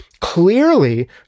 Clearly